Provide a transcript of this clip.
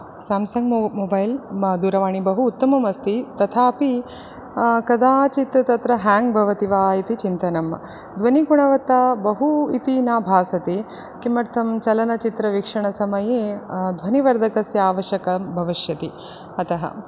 Samsung मो mobile म दूरवाणी बहु उत्तममस्ति तथापि कदाचित् ह्याङ्ग् भवति वा इति चिन्तनं ध्वनिगुणवत्ता बहु इति न भासते किमर्थं चलनचित्रवीक्षणसमये ध्वनिवर्धकस्य अवश्यकं भविष्यति अतः